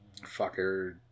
Fucker